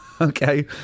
Okay